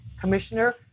commissioner